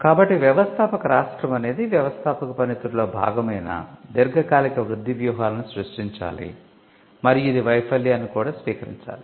కాబట్టి వ్యవస్థాపక రాష్ట్రం అనేది వ్యవస్థాపక పనితీరులో భాగమైన దీర్ఘకాలిక వృద్ధి వ్యూహాలను సృష్టించాలి మరియు ఇది వైఫల్యాలను కూడా స్వీకరించాలి